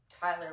Tyler